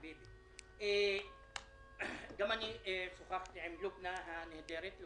גם אני שוחחתי עם לובנא הנהדרת.